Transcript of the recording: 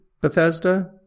Bethesda